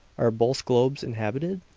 are both globes inhabited?